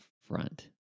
front